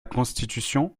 constitution